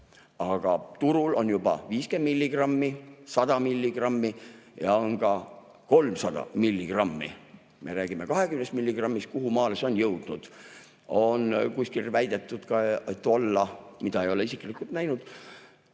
Aga turul on juba 50 milligrammi, 100 milligrammi ja on ka 300 milligrammi. Me räägime 20 milligrammist, kuhumaale see on jõudnud. Kuskil on väidetud, et olla – isiklikult ei